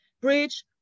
bridge